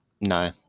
no